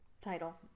title